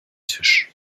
tisch